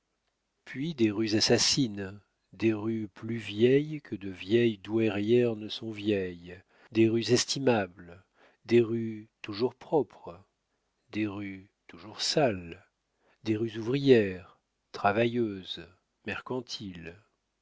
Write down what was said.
puis des rues assassines des rues plus vieilles que de vieilles douairières ne sont vieilles des rues estimables des rues toujours propres des rues toujours sales des rues ouvrières travailleuses mercantiles